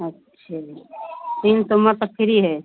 अच्छा तीन सोमवार तक फ्री है